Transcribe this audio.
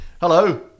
hello